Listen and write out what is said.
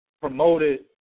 promoted